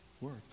work